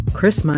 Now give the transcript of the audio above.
Chris